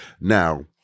Now